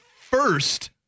first